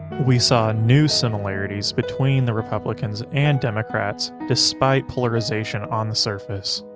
we saw new similarities between the republicans and democrats despite polarization on the surface.